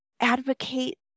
advocate